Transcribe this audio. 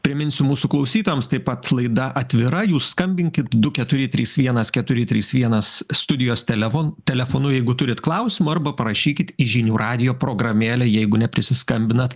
priminsiu mūsų klausytojams taip pat laida atvira jūs skambinkit du keturi trys vienas keturi trys vienas studijos telefon telefonu jeigu turit klausimų arba parašykit į žinių radijo programėlę jeigu neprisiskambinat